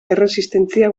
erresistentzia